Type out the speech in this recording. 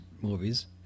movies